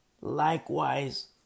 likewise